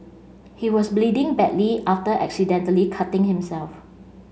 he was bleeding badly after accidentally cutting himself